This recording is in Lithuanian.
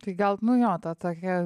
tai gal nu jo ta tokia